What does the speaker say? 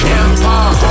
empire